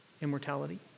immortality